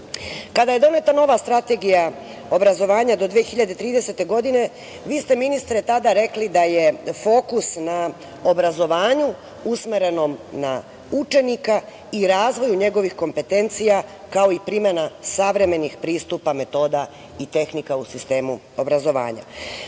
je doneta nova Strategija obrazovanja do 2030. godine vi ste, ministre, tada rekli da je fokus na obrazovanju usmerenom na učenika i razvoju njegovih kompetencija, kao i primenu savremenih pristupa, metoda i tehnika u sistemu obrazovanju. Definisali